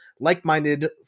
like-minded